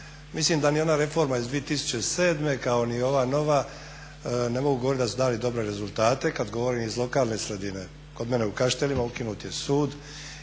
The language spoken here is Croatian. Mislim da ni ona reforma iz 2007.kao ni ova nova ne mogu govoriti da su dali dobre rezultate. Kada govorim iz lokalne sredine kod mene u Kaštelima ukinut je sud